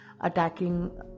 attacking